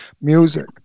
music